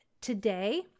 today